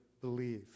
believe